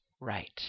right